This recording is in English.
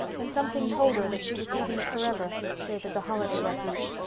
and something told her that she was leaving it forever, save as a holiday refuge.